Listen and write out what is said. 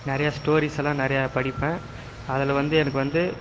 நிறையா ஸ்டோரீஸ்ஸெல்லாம் நிறையா படிப்பேன் அதில் வந்து எனக்கு வந்து